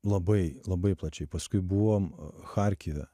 labai labai plačiai paskui buvom charkive